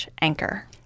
anchor